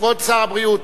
כבוד שר הבריאות.